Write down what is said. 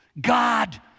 God